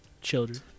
children